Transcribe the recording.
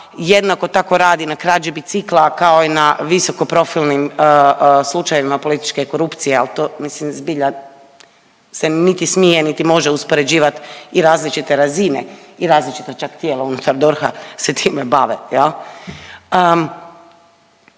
jednako tako radi na krađi bicikla kao i na visoko profilnim slučajevima političke korupcije, al to mislim zbilja niti smije, niti može uspoređivat i različite razine i različita čak unutar DORH-a se time bave